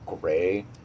gray